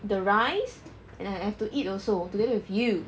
the rice and then I have to eat also together with you